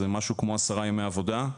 זה משהו כמו עשרה ימי עבודה.